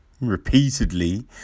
repeatedly